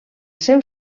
seu